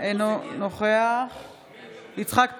אינו נוכח יצחק פינדרוס,